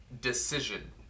decision